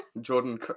Jordan